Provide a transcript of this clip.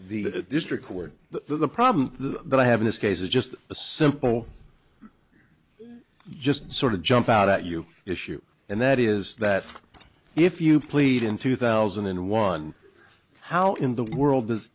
the district where the problem that i have in this case is just a simple just sort of jumped out at you issue and that is that if you plead in two thousand and one how in the world does